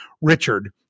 Richard